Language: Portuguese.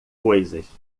coisas